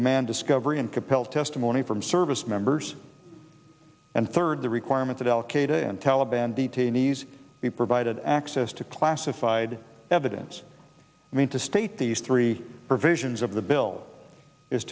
demand discovery and compel testimony from service members and third the requirement that al qaeda and taliban detainees be provided access to classified evidence i mean to state these three provisions of the bill is